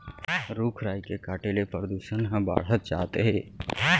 रूख राई के काटे ले परदूसन हर बाढ़त जात हे